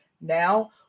Now